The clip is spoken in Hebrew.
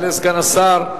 יעלה סגן השר,